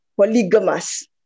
polygamous